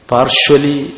Partially